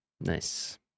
Nice